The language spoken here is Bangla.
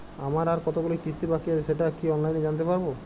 আমার আর কতগুলি কিস্তি বাকী আছে সেটা কি অনলাইনে জানতে পারব?